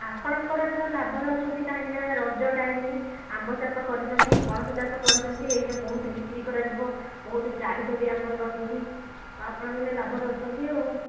ଆପଣଙ୍କର ଏଥର ଲାଭରେ ଅଛନ୍ତି କାହିଁକି ନା ରଜ ଟାଇମ୍ ଆମ୍ବ ଚାଷ କରିଛନ୍ତି ପଣସ ଚାଷ କରିଛନ୍ତି ଏଇନେ ବହୁତ ବିକ୍ରି କରାଯିବ ବହୁତ ଚାହିଦା ବି ଆମ୍ବର ରହିଛି ଆପଣଙ୍କର ଏଇନେ ଲାଭରେ ଅଛନ୍ତି ଆଉ